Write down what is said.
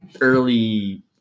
Early